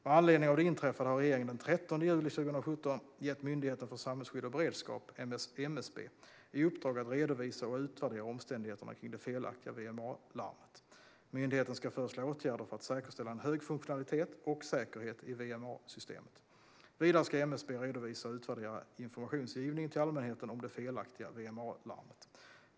Med anledning av det inträffade har regeringen den 13 juli 2017 gett Myndigheten för samhällsskydd och beredskap, MSB, i uppdrag att redovisa och utvärdera omständigheterna kring det felaktiga VMA-larmet. Myndigheten ska föreslå åtgärder för att säkerställa en hög funktionalitet och säkerhet i VMA-systemet. Vidare ska MSB redovisa och utvärdera informationsgivningen till allmänheten om det felaktiga VMA-larmet.